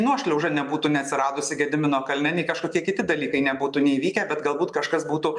nuošliauža nebūtų neatsiradusi gedimino kalne nei kažkokie kiti dalykai nebūtų neįvykę bet galbūt kažkas būtų